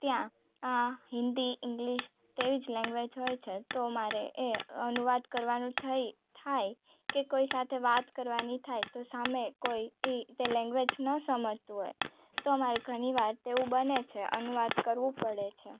ત્યાં હિન્દી ઇંગ્લિશ તેવી જ લેંગ્વેજ હોય છે તો મારે એ અનુવાદ કરવાનું થઈ થાય કે કોઈ સાથે વાત કરવાની થાય તો સામે કોઈ એ તો લેંગ્વેજ ન સમજતું હોય તો મારે ઘણીવાર તેવું બને છે અનુવાદ કરવું પડે છે